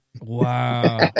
Wow